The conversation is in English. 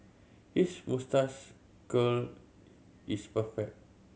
his moustache curl is perfect